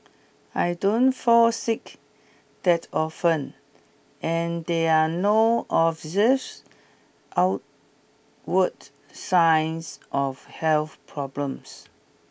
I don't fall sick that often and there are no observes outward signs of health problems